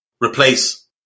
replace